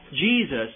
Jesus